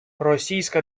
російська